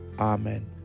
Amen